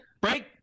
Break